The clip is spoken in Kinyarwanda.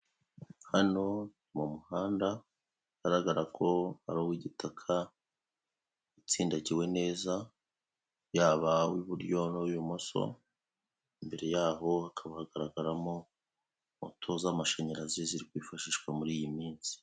Hano ni mu muhanda ugaragara ko ari uw'igitaka utsindagiwe neza, yaba uw'iburyo n'uw'ibumoso, imbere yaho hakaba hagaragaramo moto z'amashanyarazi zirikwifashishwa muri iyi minsi.